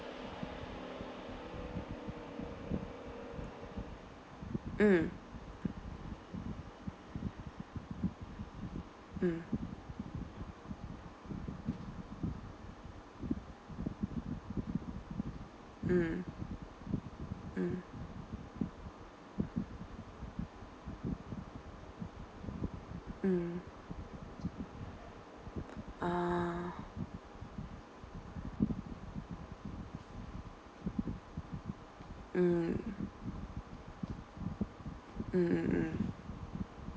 mm mm mm mm mm ah mm mm mm mm